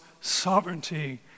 sovereignty